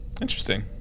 interesting